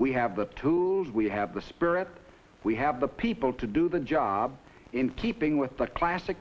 we have the tools we have the spirit we have the people to do the job in keeping with the classic